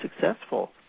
successful